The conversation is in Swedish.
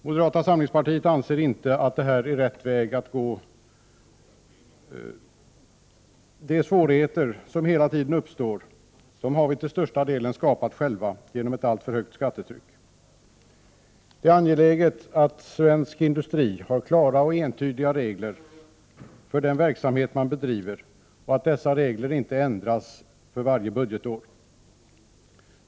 Moderata samlingspartiet anser inte att detta är rätt väg att gå. De svårigheter som hela tiden uppstår har vi i Sverige till största delen skapat Prot. 1988/89:46 själva genom ett alltför högt skattetryck. 15 december 1988 Det är angeläget att svensk industri har klara och entydiga reglerförden ZH verksamhet man bedriver och att dessa regler inte ändras för varje budgetår.